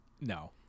No